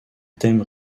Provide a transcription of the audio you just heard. thème